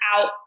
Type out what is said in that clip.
out